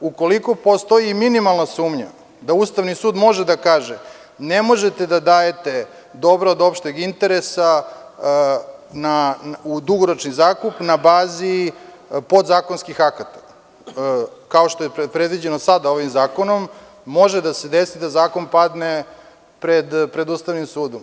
Ukoliko postoji i minimalna sumnja da Ustavni sud može da kaže – ne možete da dajete dobra od opšteg interesa u dugoročni zakup na bazi podzakonskih akata, kao što je predviđeno sada ovim zakonom, može da se desi da zakon padne pred Ustavnim sudom.